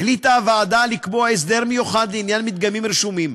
החליטה הוועדה לקבוע הסדר מיוחד לעניין מדגמים רשומים.